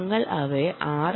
ഞങ്ങൾ അവയെ ആർ